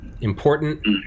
important